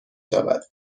شود